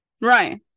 Right